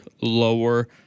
lower